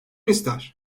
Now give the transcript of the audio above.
ister